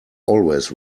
always